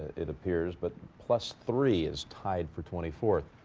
it appears, but plus three is tied for twenty-fourth.